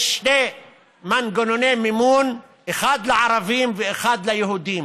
יש שני מנגנוני מימון, אחד לערבים ואחד ליהודים,